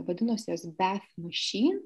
vadinosi jos bef muši